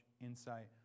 insight